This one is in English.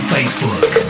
Facebook